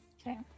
Okay